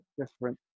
different